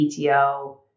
PTO